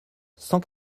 cent